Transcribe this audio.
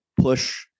push